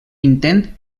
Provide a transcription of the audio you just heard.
intent